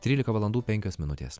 trylika valandų penkios minutės